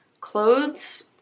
clothes